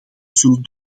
zullen